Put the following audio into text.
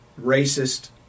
racist